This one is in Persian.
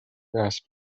نصب